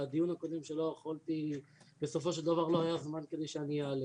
בדיון הקודם שבסופו של דבר לא היה זמן כדי שאני אעלה.